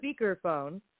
speakerphone